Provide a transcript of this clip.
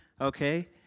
Okay